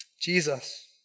Jesus